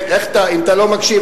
אם אתה לא מקשיב,